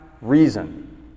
reason